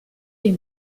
est